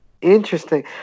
Interesting